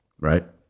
Right